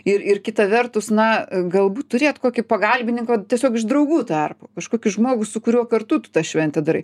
ir ir kita vertus na galbūt turėt kokį pagalbininką va tiesiog iš draugų tarpo kažkokį žmogų su kuriuo kartu tu tą šventę darai